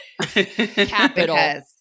Capital